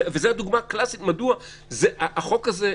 וזו הדוגמה הקלאסית מדוע החוק הזה,